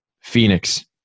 Phoenix